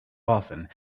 often